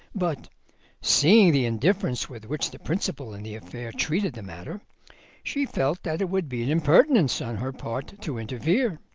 but seeing the indifference with which the principal in the affair treated the matter she felt that it would be an impertinence on her part to interfere.